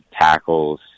tackles